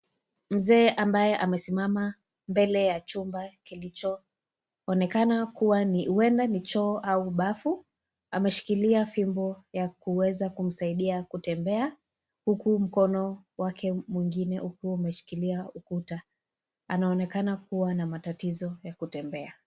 Mzee ambaye amesimama mbele ya chumba kilicho onekana kuwa ni huenda ni choo au bafu. Ameshikilia fimbo za kumsaidia kutembea huku mkono wake mwingine ukiwa imeshikilia ukuta. Anaonekana kuwa na matatizo ya kutembea.